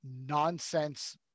nonsense